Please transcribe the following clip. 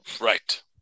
Right